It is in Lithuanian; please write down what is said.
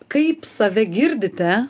kaip save girdite